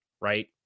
right